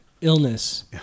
illness